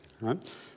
right